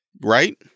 right